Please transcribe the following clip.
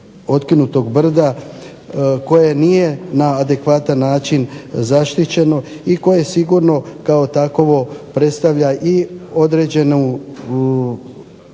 otkinutog brda koje nije na adekvatan način zaštićeno i koje sigurno kao takovo predstavlja i određenu